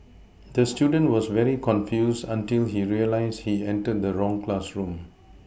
the student was very confused until he realised he entered the wrong classroom